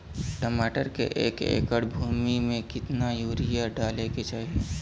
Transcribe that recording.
टमाटर के एक एकड़ भूमि मे कितना यूरिया डाले के चाही?